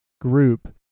group